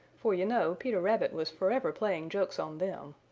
for you know peter rabbit was forever playing jokes on them.